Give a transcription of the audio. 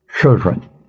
children